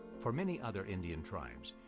for many other indian tribes,